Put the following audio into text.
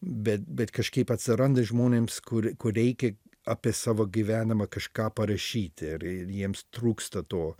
bet bet kažkaip atsiranda žmonėms kur kur reikia apie savo gyvenimą kažką parašyti ir jiems trūksta to